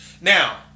Now